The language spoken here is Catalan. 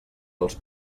dels